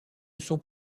sont